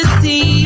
see